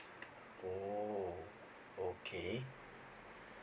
oh okay